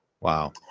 Wow